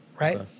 right